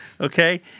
okay